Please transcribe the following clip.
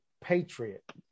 Patriot